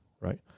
right